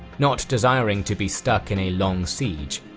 not desiring to be stuck in a long siege,